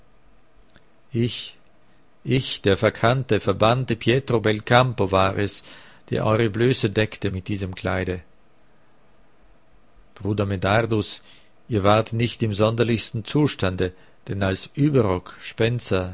ich ich der verkannte verbannte pietro belcampo war es der eure blöße deckte mit diesem kleide bruder medardus ihr wart nicht im sonderlichsten zustande denn als überrock